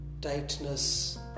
tightness